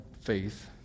faith